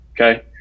okay